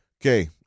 Okay